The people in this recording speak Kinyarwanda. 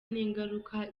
n’ingaruka